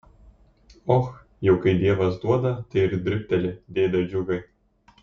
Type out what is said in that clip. och jau kai dievas duoda tai ir dribteli dėde džiugai